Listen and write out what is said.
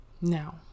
Now